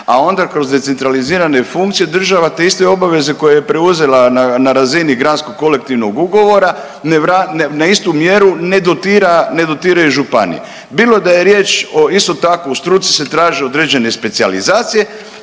a onda kroz decentralizirane funkcije država te iste obaveze koje je preuzela na razini granskog, kolektivnog ugovora na istu mjeru ne dotira i županija bilo da je riječ o isto tako u struci se traže određene specijalizacije,